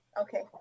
Okay